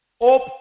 Hope